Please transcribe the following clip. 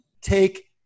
take